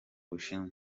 bushinwa